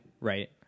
Right